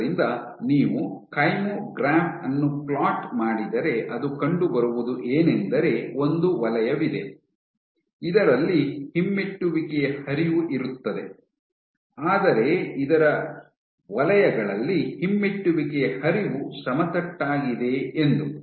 ಆದ್ದರಿಂದ ನೀವು ಕೈಮೊಗ್ರಾಫ್ ಅನ್ನು ಫ್ಲೋಟ್ ಮಾಡಿದರೆ ಅದು ಕಂಡುಬರುವುದು ಏನೆಂದರೆ ಒಂದು ವಲಯವಿದೆ ಇದರಲ್ಲಿ ಹಿಮ್ಮೆಟ್ಟುವಿಕೆಯ ಹರಿವು ಇರುತ್ತದೆ ಆದರೆ ಇತರ ವಲಯಗಳಲ್ಲಿ ಹಿಮ್ಮೆಟ್ಟುವಿಕೆಯ ಹರಿವು ಸಮತಟ್ಟಾಗಿದೆ ಎಂದು